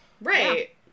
Right